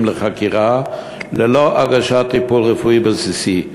לחקירה ללא הגשת טיפול רפואי בסיסי.